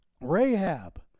Rahab